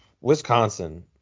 Wisconsin